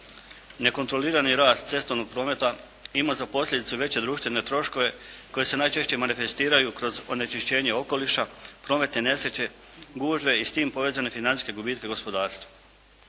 Nekontrolirani rast cestovnog prometa ima za posljedicu veće društvene troškove koji se najčešće manifestiraju kroz onečišćenje okoliša, prometne nesreće, gužve i s tim povezane financijske gubitke gospodarstva.